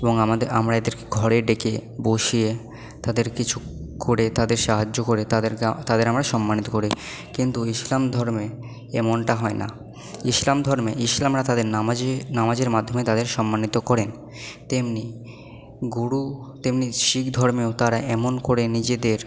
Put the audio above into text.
এবং আমরা এদেরকে ঘরে ডেকে বসিয়ে তাদের কিছু করে তাদের সাহায্য করে তাদেরকে তাদের আমরা সম্মানিত করি কিন্তু ইসলাম ধর্মে এমনটা হয় না ইসলাম ধর্মে ইসলামরা তাদের নামাজে নামাজের মাধ্যমে তাদের সম্মানিত করেন তেমনি গুরু তেমনি শিখ ধর্মেও তারা এমন করে নিজেদের